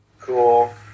cool